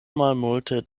malmulte